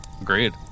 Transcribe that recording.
Agreed